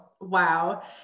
Wow